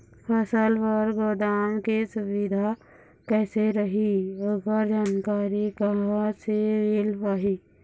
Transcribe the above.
फसल बर गोदाम के सुविधा कैसे रही ओकर जानकारी कहा से मिल पाही?